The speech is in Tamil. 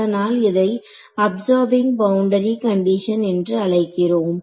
அதனால் இதை அப்சார்ப்பிங் பவுண்டரி கண்டிஷன் என்று அழைக்கிறோம்